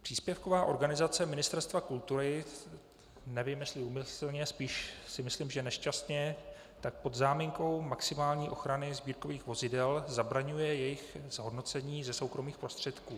Příspěvková organizace Ministerstva kultury nevím, jestli úmyslně, spíš si myslím, že nešťastně pod záminkou maximální ochrany sbírkových vozidel zabraňuje jejich zhodnocení ze soukromých prostředků.